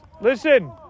listen